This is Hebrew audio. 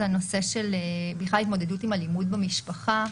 הנושא של התמודדות עם אלימות במשפחה.